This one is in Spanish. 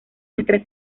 nuestra